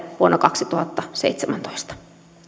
vuonna kaksituhattaseitsemäntoista